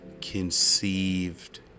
conceived